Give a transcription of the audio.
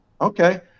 okay